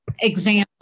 example